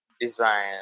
design